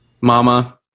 Mama